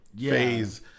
phase